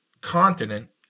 continent